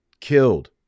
killed